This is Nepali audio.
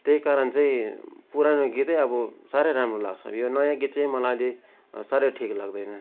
त्यही कारण चाहिँ पुरानो गीतै अब साह्रै राम्रो लाग्छ यो नयाँ गीत चाहिँ मलाई अहिले साह्रै ठिक लाग्दैन